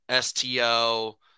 STO